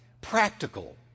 Practical